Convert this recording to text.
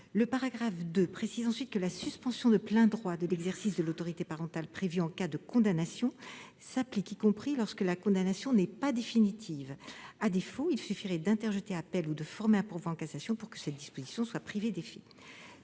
du paragraphe II a pour objet de préciser que la suspension de plein droit de l'exercice de l'autorité parentale prévue en cas de condamnation s'applique y compris lorsque la condamnation n'est pas définitive. Sinon, il suffirait d'interjeter appel ou de former un pourvoi en cassation pour que cette disposition soit privée d'effet.